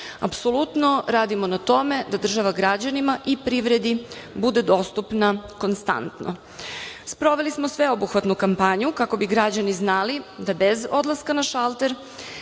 Apsolutno radimo na tome da država građanima i privredi bude dostupna konstantno. Sproveli smo sveobuhvatnu kampanju kako bi građani znali da bez odlaska na šalter,